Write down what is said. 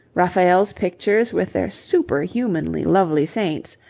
raphael's pictures with their superhumanly lovely saints,